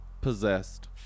Possessed